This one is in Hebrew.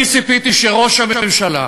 אני ציפיתי שראש הממשלה,